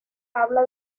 habla